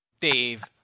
Dave